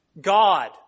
God